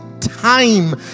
time